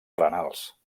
renals